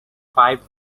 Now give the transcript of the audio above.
five